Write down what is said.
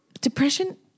Depression